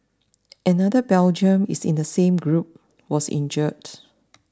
another Belgian is in the same group was injured